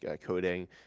coding